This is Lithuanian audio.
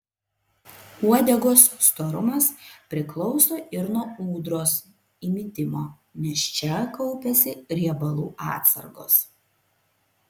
uodegos storumas priklauso ir nuo ūdros įmitimo nes čia kaupiasi riebalų atsargos